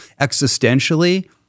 existentially